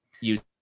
Use